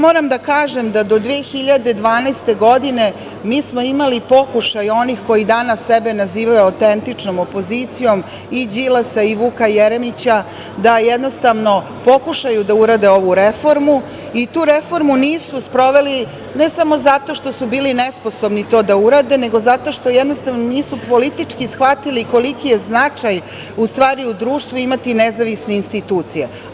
Moram da kažem da do 2012. godine smo imali pokušaj onih koji danas sebe nazivaju autentičnom opozicijom, i Đilasa i Vuka Jeremića, da jednostavno pokušaju da urade ovu reformu i tu reformu nisu sproveli ne samo zato što su bili nesposobni to da urade, nego zato što jednostavno nisu politički shvatili koliki je značaj u stvari u društvu imati nezavisne institucije.